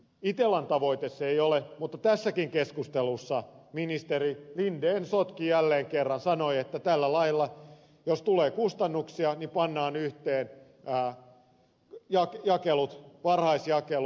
itellan tavoite se ei ole mutta tässäkin keskustelussa ministeri linden sotki jälleen kerran sanoi että tällä lailla jos tulee kustannuksia niin pannaan yhteen jakelut varhaisjakelu